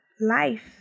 life